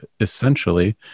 essentially